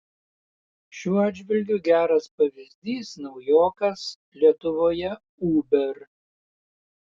šiuo atžvilgiu geras pavyzdys naujokas lietuvoje uber